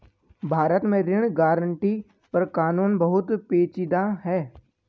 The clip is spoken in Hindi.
भारत में ऋण गारंटी पर कानून बहुत पेचीदा है